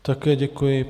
Také děkuji.